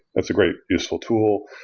that's a great useful tool.